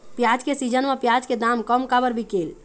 प्याज के सीजन म प्याज के दाम कम काबर बिकेल?